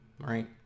right